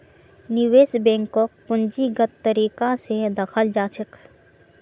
निवेश बैंकक पूंजीगत तरीका स दखाल जा छेक